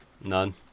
None